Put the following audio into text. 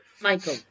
Michael